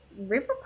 river